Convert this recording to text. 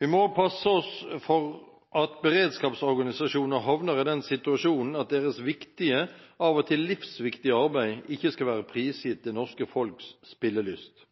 Vi må også passe oss for at beredskapsorganisasjoner havner i den situasjon at deres viktige, av og til livsviktige, arbeid ikke skal være prisgitt det norske folks spillelyst.